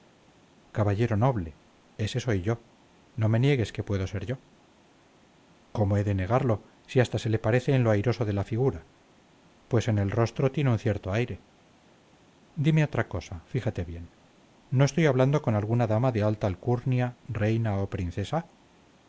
caballero noble ese soy yo no me niegues que puedo ser yo cómo he de negarlo si hasta se le parece en lo airoso de la figura pues en el rostro tiene un cierto aire dime otra cosa fíjate bien no estoy hablando con alguna dama de alta alcurnia reina o princesa